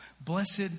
Blessed